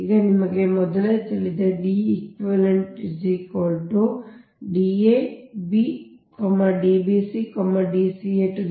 ಈಗ ನಿಮಗೆ ಮೊದಲೇ ತಿಳಿದಿದೆ ಆದ್ದರಿಂದ ಸಮೀಕರಣ 71 ಎಂದು ಹೇಳುತ್ತದೆ